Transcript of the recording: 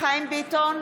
חיים ביטון,